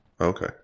Okay